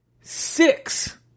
Six